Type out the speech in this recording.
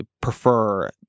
prefer